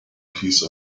piece